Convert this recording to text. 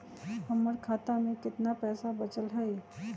हमर खाता में केतना पैसा बचल हई?